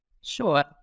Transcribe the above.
Sure